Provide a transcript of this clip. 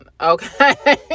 okay